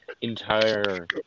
entire